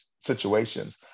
situations